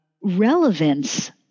relevance